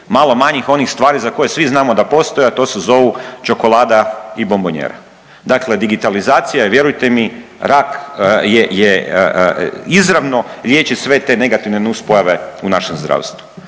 malo manjih onih stvari za koje svi znamo da postoje, a to se zovu čokolada i bombonjera. Dakle, digitalizacija je vjerujte mi rak, je, je izravno liječi sve te negativne nus pojave u našem zdravstvu.